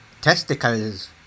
testicles